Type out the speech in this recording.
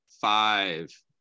five